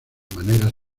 maneras